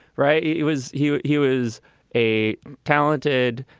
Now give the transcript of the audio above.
right it was he he was a talented,